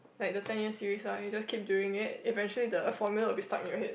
like the ten year series one you just keep doing it eventually the formula will be stuck in your head